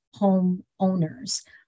homeowners